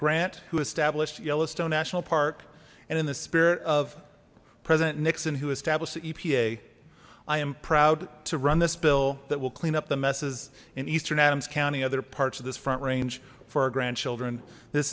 grant who established yellowstone national park and in the spirit of president nixon who established the epa i am proud to run this bill that will clean up the messes in eastern adams county other parts of this front range for our grandchildren this